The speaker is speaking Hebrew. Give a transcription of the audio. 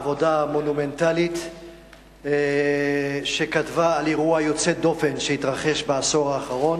עבודה מונומנטלית שכתבה על אירוע יוצא דופן שהתרחש בעשור האחרון,